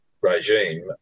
regime